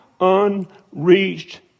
unreached